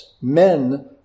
Men